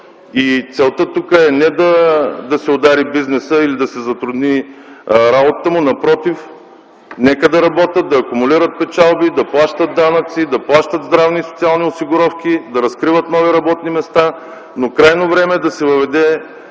Целта тук е не да се удари бизнесът или да се затрудни работата му – напротив, нека да работят, да акумулират печалби, да плащат данъци, да плащат здравни и социални осигуровки, да разкриват нови работни места, но крайно време е да се въведат